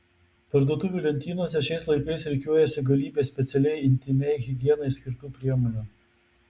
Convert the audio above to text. parduotuvių lentynose šiais laikais rikiuojasi galybė specialiai intymiai higienai skirtų priemonių